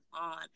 on